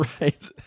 right